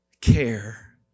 care